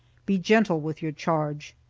be gentle with your charge.